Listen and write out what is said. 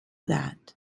that